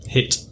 Hit